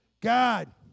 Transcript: God